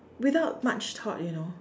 without much thought you know